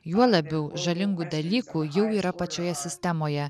juo labiau žalingų dalykų jau yra pačioje sistemoje